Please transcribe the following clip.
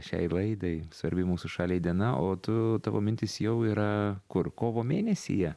šiai laidai svarbi mūsų šaliai diena o tu tavo mintys jau yra kur kovo mėnesyje